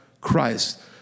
Christ